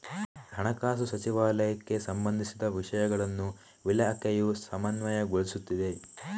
ಹಣಕಾಸು ಸಚಿವಾಲಯಕ್ಕೆ ಸಂಬಂಧಿಸಿದ ವಿಷಯಗಳನ್ನು ಇಲಾಖೆಯು ಸಮನ್ವಯಗೊಳಿಸುತ್ತಿದೆ